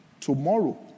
Tomorrow